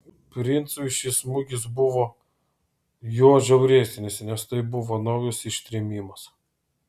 princui šis smūgis buvo juo žiauresnis nes tai buvo naujas ištrėmimas